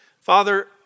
Father